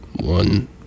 one